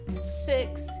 Six